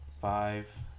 five